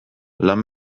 lan